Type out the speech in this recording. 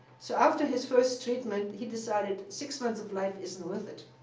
so after his first treatment, he decided six months of life isn't worth it